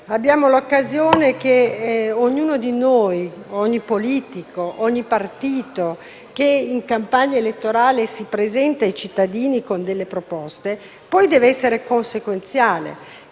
grande occasione. Ognuno di noi - ogni politico e ogni partito - che in campagna elettorale si presenta ai cittadini con delle proposte, deve poi essere consequenziale,